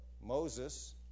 Moses